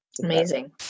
amazing